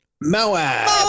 Moab